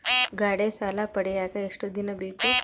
ಗಾಡೇ ಸಾಲ ಪಡಿಯಾಕ ಎಷ್ಟು ದಿನ ಬೇಕು?